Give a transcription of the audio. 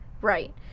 right